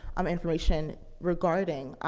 um, information regarding,